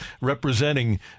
representing